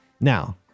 Now